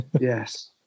Yes